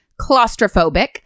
claustrophobic